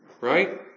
Right